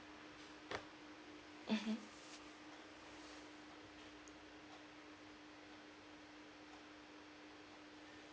mmhmm